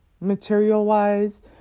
material-wise